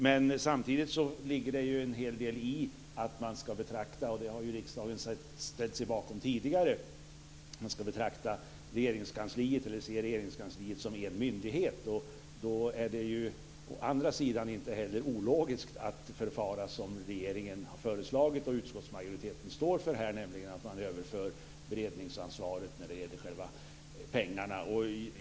Men samtidigt ligger det en hel del i att man ska betrakta, och det har riksdagen ställt sig bakom tidigare, Regeringskansliet som en myndighet. Då är det inte heller ologiskt att förfara på det sätt som regeringen har föreslagit och som utskottsmajoriteten står för här, nämligen att överföra beredningsansvaret när det gäller själva pengarna.